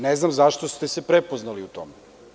Ne znam zašto ste se prepoznali u tome?